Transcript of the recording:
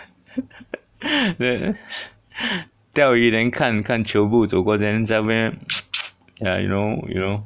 钓鱼 then 看看 chiobu 走过 then 在那边 ah you know you know